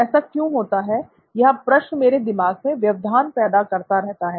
ऐसा क्यों होता है यह प्रश्न मेरे दिमाग में व्यवधान पैदा करता रहता है